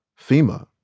fema.